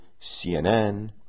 CNN